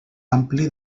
ampli